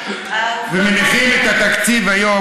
מניחים את התקציב היום,